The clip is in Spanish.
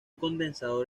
condensador